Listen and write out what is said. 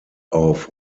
auf